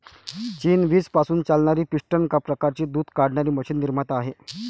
चीन वीज पासून चालणारी पिस्टन प्रकारची दूध काढणारी मशीन निर्माता आहे